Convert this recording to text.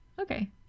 Okay